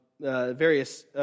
various